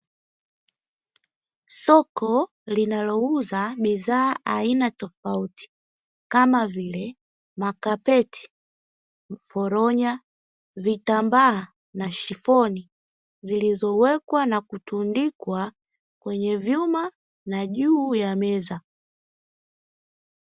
Soko linalouza bidhaa aina tofauti kama vile makapeti, foronya, vitambaa na shifoni zilizowekwa na kutundikwa kwenye vyuma na juu ya meza.